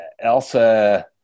elsa